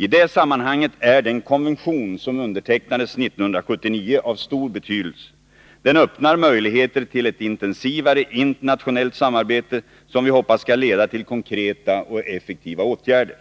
I det sammanhanget är den konvention som undertecknades 1979 av stor betydelse. Den öppnar möjligheter till ett intensivare internationellt samarbete, som vi hoppas skall leda till konkreta och effektiva åtgärder.